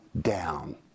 down